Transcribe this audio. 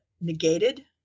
negated